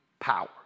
power